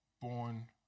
born